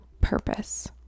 purpose